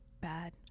bad